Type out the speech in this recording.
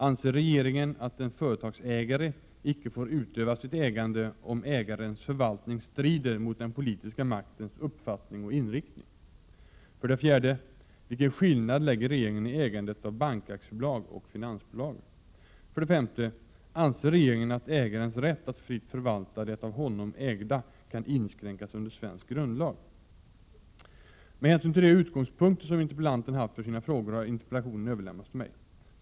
Anser regeringen att en företagsägare icke får utöva sitt ägande om ägarens förvaltning strider mot den politiska maktens uppfattning och inriktning? 4. Vilken skillnad lägger regeringen i ägandet av bankaktiebolag och finansbolag? 5. Anser regeringen att ägarens rätt att fritt förvalta det av honom ägda kan inskränkas under svensk grundlag? Med hänsyn till de utgångspunkter som interpellanten haft för sina frågor har interpellationen överlämnats till mig.